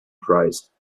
prize